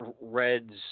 Red's